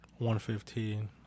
115